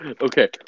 Okay